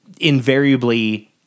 invariably